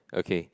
okay